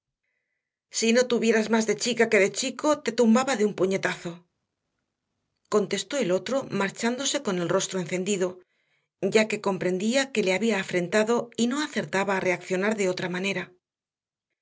si no tuvieras más de chica que de chico te tumbaba de un puñetazo contestó el otro marchándose con el rostro encendido ya que comprendía que le había afrentado y no acertaba a reaccionar de otra manera